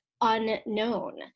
unknown